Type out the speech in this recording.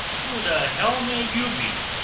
who the hell may you be?